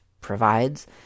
provides